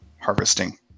harvesting